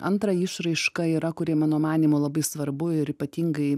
antra išraiška yra kuri mano manymu labai svarbu ir ypatingai